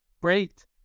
great